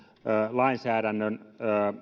lainsäädännön